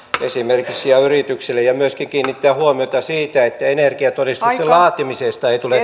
ja yrityksille ja myöskin kiinnittää huomiota siihen että energiatodistusten laatimisesta ei tule